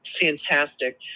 fantastic